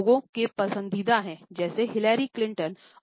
यह लोगों के पसंदीदा है जैसे हिलैरी क्लिंटन